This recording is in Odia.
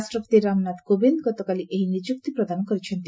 ରାଷ୍ଟ୍ରପତି ରାମନାଥ କୋବିନ୍ଦ ଗତକାଲି ଏହି ନିଯୁକ୍ତି ପ୍ରଦାନ କରିଛନ୍ତି